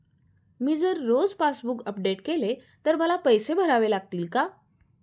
मी जर रोज passbook update केले तर मला पैसे भरावे लागतील का?